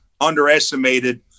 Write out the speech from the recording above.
underestimated